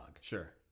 Sure